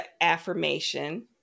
affirmation